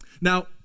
Now